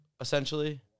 essentially